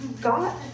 got